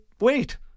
wait